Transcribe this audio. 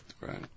right